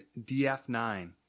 DF9